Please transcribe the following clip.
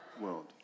world